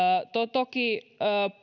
toki